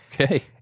Okay